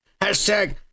Hashtag